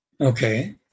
Okay